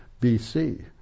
BC